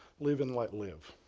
live and let live,